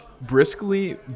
briskly